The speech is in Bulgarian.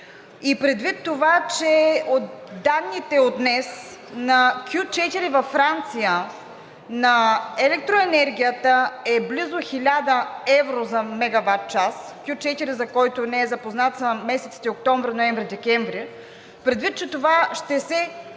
предвид това, че от данните от днес на Q4 във Франция електроенергията е близо 1000 евро за мегаватчас – Q4, за който не е запознат, са месеците октомври, ноември, декември, предвид, че това ще се